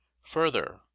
Further